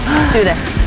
do this,